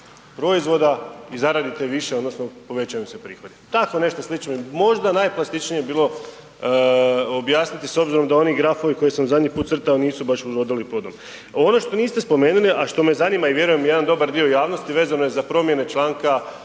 proizvoda i zaradite više odnosno povećaju vam se prihodi. Tako nešto slično i možda najklasičnije bi bilo objasniti s obzirom da oni grafovi koje sam zadnji put crtao nisu baš urodili plodom. Ono što niste spomenuli, a što me zanima i vjerujem jedan dobar dio javnosti vezano je za promjene čl.